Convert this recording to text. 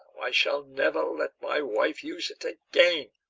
i shall never let my wife use it again.